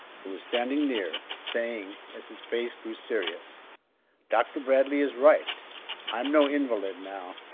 who was standing near, saying, as his face grew serious dr. bradley is right i'm no invalid now,